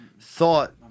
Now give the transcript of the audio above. thought